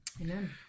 Amen